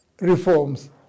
reforms